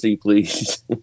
please